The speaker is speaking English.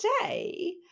today